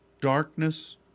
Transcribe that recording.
darkness